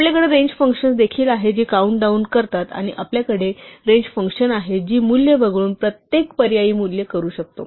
आपल्याकडे range functions देखील आहेत जी काउंट डाउन करतात आणि आपल्याकडे रेंज फंक्शन्स आहेत जी मूल्य वगळून प्रत्येक पर्यायी मूल्य करू शकतो